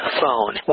phone